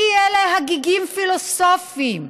כהגיגים פילוסופיים,